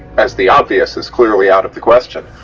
as the obvious is clearly out of the question.